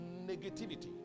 negativity